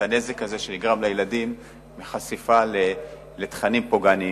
הנזק הזה שנגרם לילדים מחשיפה לתכנים פוגעניים.